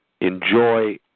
enjoy